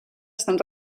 estan